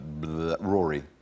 Rory